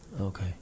okay